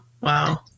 Wow